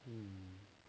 um